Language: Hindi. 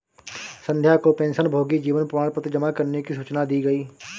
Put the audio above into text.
संध्या को पेंशनभोगी जीवन प्रमाण पत्र जमा करने की सूचना दी गई